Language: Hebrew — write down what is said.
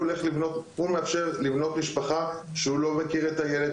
שהוא מאפשר לבנות משפחה שהוא לא מכיר את הילד,